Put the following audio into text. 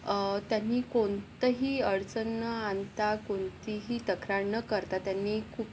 त्यांनी कोणतंही अडचण न आणता कोणतीही तक्रार न करता त्यांनी खूप